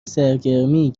سرگرمی